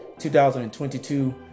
2022